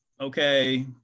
okay